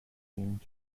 seem